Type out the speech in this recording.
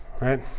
Right